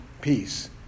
peace